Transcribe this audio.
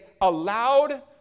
allowed